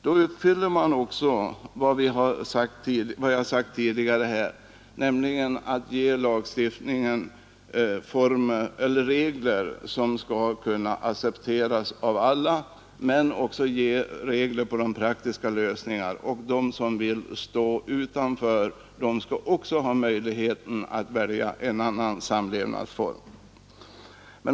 Då uppfyller man kravet att lagstiftningens regler skall kunna accepteras av alla och ändå ge möjlighet till praktiska lösningar. De som vill stå utanför skall också ha möjlighet att välja en annan samlevnadsform.